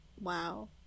Wow